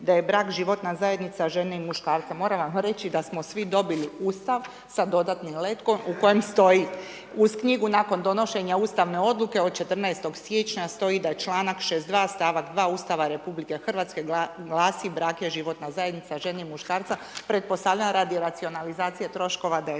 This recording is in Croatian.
da je brak životna zajednica žene i muškarca. Moram vam reći da smo svi dobili Ustav sa dodatnim letkom u kojem stoji, uz knjigu nakon donošenja ustavne odluke od 14. siječnja stoji da je čl. 62. st. 2. Ustava RH glasi, brak je životna zajednica žene i muškarca, pretpostavljam radi racionalizacije troškova da